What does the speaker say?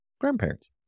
grandparents